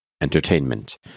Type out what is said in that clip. entertainment